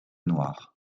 noirs